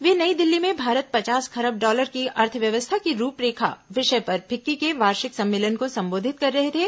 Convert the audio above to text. वे नई दिल्ली में भारत पचास खरब डॉलर की अर्थव्यवस्था की रूपरेखा विषय पर फिक्की के वार्षिक सम्मेलन को संबोधित कर रहे थे